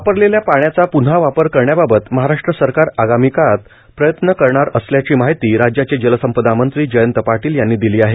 वापरलेल्या पाण्याचा पून्हा वापर करण्याबाबत महाराष्ट्र सरकार आगामी काळात प्रयत्न करणार असल्याची माहिती राज्याचे जलसंपदा मंत्री जयंत पाटील यांनी दिली आहे